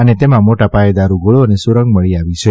અને તેમાં મોટાપાયે દારૂગોળો અને સુરંગ મળી આવી છે